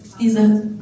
diese